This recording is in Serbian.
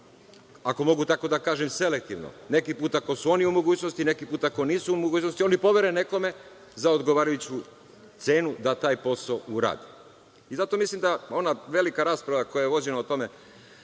ako mogu tako da kažem, selektivno, neki put ako su oni u mogućnosti, neki put ako nisu u mogućnosti, oni povere nekome za odgovarajuću cenu da taj posao urade. Zato mislim da ona velika rasprava koja je vođena o tome